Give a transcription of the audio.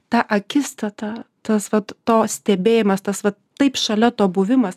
ta akistata tas vat to stebėjimas tas va taip šalia to buvimas